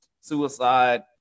suicide